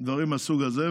דברים מהסוג הזה,